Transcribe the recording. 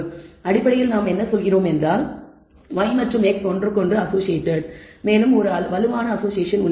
எனவே அடிப்படையில் நாம் சொல்கிறோம் y மற்றும் x ஒன்றுக்கொன்று அசோசியேட்டட் மேலும் ஒரு வலுவான அசோசியேசன் உள்ளது